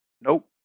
Nope